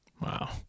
Wow